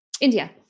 India